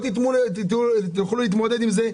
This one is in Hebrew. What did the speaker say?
שהם לא יוכלו להתמודד עם זה.